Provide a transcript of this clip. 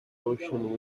ocean